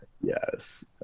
Yes